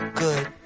good